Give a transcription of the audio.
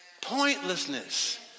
Pointlessness